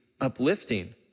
uplifting